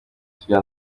tujya